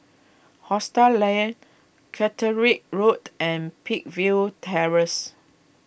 Hostel Lah Catterick Road and Peakville Terrace